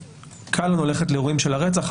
קל לנו ללכת לאירועים של הרצח.